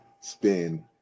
spin